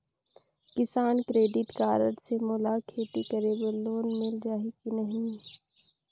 किसान credit card से मोला खेती करे बर लोन मिल जाहि की बनही??